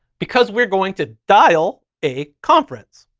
because we're going to dial a conference.